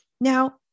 Now